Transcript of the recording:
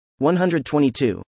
122